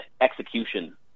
execution